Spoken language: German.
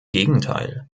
gegenteil